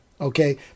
okay